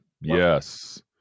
Yes